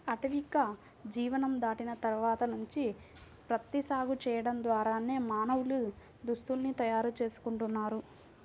ఆటవిక జీవనం దాటిన తర్వాత నుంచి ప్రత్తి సాగు చేయడం ద్వారానే మానవులు దుస్తుల్ని తయారు చేసుకుంటున్నారు